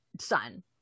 son